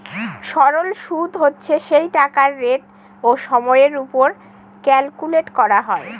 সরল সুদ হচ্ছে সেই টাকার রেট ও সময়ের ওপর ক্যালকুলেট করা হয়